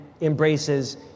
embraces